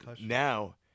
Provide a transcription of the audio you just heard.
now